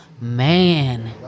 man